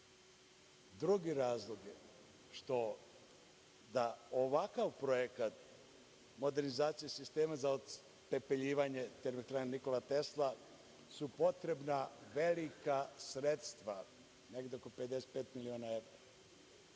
Drugi razlog je što su za ovakav projekat modernizacije sistema za otpepeljivanje Termoelektrane „Nikola Tesla“ potrebna velika sredstva, negde oko 55 miliona evra. Da